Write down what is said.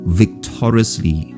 victoriously